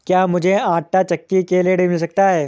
क्या मूझे आंटा चक्की के लिए ऋण मिल सकता है?